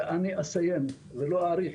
אסיים ולא אאריך.